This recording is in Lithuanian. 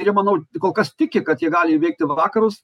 ir jie manau kol kas tiki kad jie gali įveikti vakarus